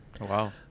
Wow